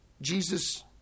Jesus